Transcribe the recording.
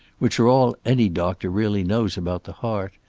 which are all any doctor really knows about the heart,